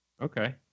Okay